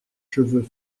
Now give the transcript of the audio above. cheveux